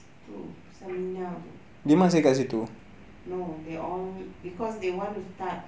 ya they must you guys you to know because they want to start